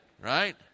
right